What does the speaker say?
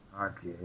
okay